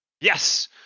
yes